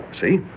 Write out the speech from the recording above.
see